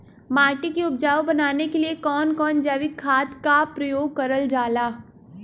माटी के उपजाऊ बनाने के लिए कौन कौन जैविक खाद का प्रयोग करल जाला?